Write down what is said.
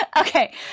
Okay